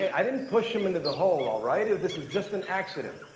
i didn't push him into the hole, all right? this was just an accident.